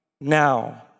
now